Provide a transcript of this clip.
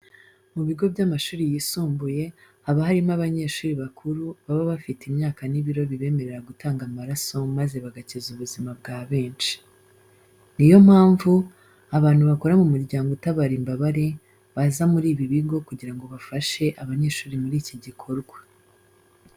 Mu bigo by'amashuri yisumbuye haba harimo abanyeshuri bakuru baba bafite imyaka n'ibiro bibemerera gutanga amaraso maze bagakiza ubuzima bwa benshi. Ni yo mpamvu abantu bakora mu muryango utabara imbabare baza muri ibi bigo kugira ngo bafashe abanyeshuri muri iki gikorwa.